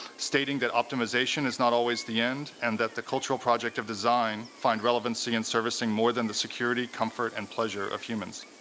stating that optimization is not always the end and that the cultural project of design find relevancy in servicing more than the security, comfort, and pleasure of humans.